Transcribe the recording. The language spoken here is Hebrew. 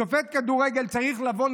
שופט כדורגל צריך לבוא,